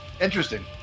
Interesting